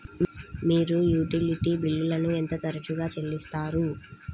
మీరు యుటిలిటీ బిల్లులను ఎంత తరచుగా చెల్లిస్తారు?